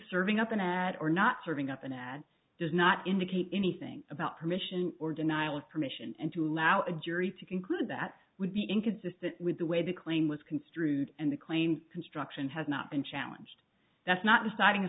serving up an ad or not serving up an ad does not indicate anything about permission or denial of permission and to allow a jury to conclude that would be inconsistent with the way the claim was construed and the claim construction has not been challenged that's not